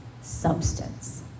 substance